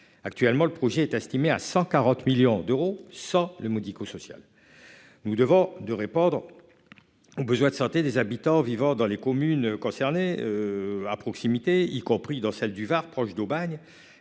actuellement le projet est estimé à 140 millions d'euros, sans le médico-social. Nous devons de répondre. Aux besoins de santé des habitants vivant dans les communes concernées. À proximité, y compris dans celles du Var proche d'Aubagne